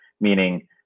Meaning